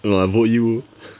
no lah I vote you